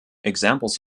examples